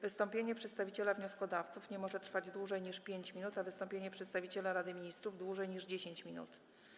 Wystąpienie przedstawiciela wnioskodawców nie może trwać dłużej niż 5 minut, a wystąpienie przedstawiciela Rady Ministrów - dłużej niż 10 minut.